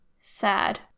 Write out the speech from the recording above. Sad